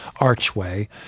archway